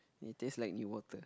it taste like new water